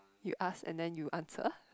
you ask and then you answer